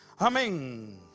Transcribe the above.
Amen